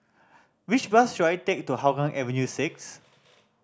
which bus should I take to Hougang Avenue Six